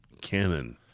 canon